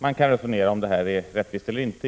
Man kan resonera om huruvida detta är rättvist eller inte.